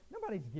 Nobody's